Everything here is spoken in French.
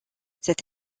cette